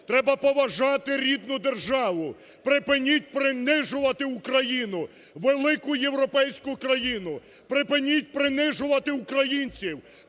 Треба поважати рідну державу. Припиніть принижувати Україну, велику європейську країну. Припиніть принижувати українців,